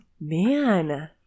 Man